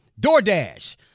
DoorDash